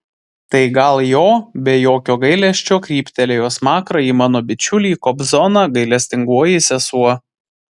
tai gal jo be jokio gailesčio kryptelėjo smakrą į mano bičiulį kobzoną gailestingoji sesuo